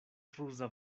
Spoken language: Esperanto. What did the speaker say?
ruza